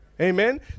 Amen